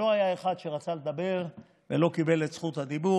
לא היה אחד שלא רצה לדבר ולא קיבל את זכות הדיבור.